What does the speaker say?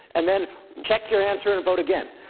and then check your answer and vote again.